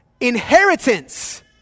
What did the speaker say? inheritance